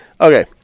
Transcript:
Okay